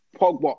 Pogba